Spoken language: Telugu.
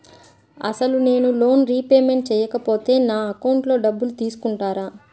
అసలు నేనూ లోన్ రిపేమెంట్ చేయకపోతే నా అకౌంట్లో డబ్బులు తీసుకుంటారా?